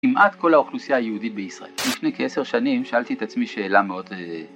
כמעט כל האוכלוסייה היהודית בישראל. לפני כעשר שנים שאלתי את עצמי שאלה מאוד...